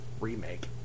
Remake